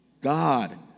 God